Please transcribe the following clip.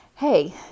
Hey